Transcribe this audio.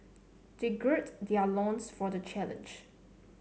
they gird their loins for the challenge